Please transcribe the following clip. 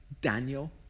Daniel